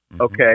okay